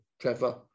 Trevor